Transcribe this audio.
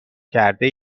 کرده